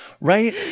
right